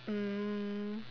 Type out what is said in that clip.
um